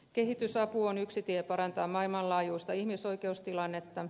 kehitysapu on yksi tie parantaa maailmanlaajuista ihmisoikeustilannetta